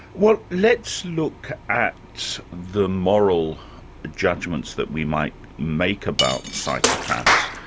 well, let's look at the moral judgments that we might make about psychopaths.